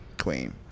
Queen